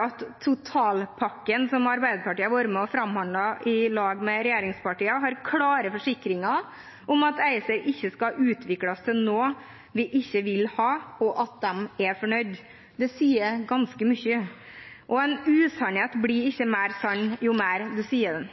at totalpakken som Arbeiderpartiet har vært med og framforhandlet i lag med regjeringspartiene, har klare forsikringer om at ACER ikke skal utvikles til noe vi ikke vil ha, og at de er fornøyd. Det sier ganske mye. Og en usannhet blir ikke mer sann jo mer man gjentar den.